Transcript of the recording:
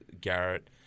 Garrett